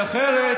כי אחרת,